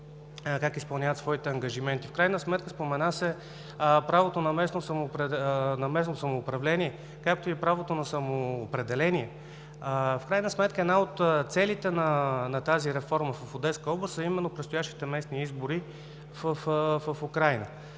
всеки изпълнява своите ангажименти. В крайна сметка, спомена се правото на местно самоуправление, както и правото на самоопределение. Една от целите на тази реформа в Одеска област е именно предстоящите местни избори в Украйна,